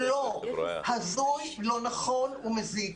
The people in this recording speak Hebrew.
לא נכון ומזיק,